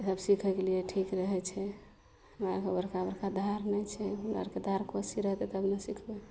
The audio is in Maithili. ई सभ सिखयके लिये ठीक रहय छै हमरा के बड़का बड़का धार नहि छै हमरा आरके धार कोसी रहतय तबने सिखबय